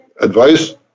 advice